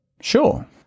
Sure